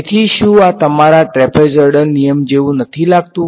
તેથી શું આ તમારા ટ્રેપેઝોઇડલ નિયમ જેવું નથી લાગતું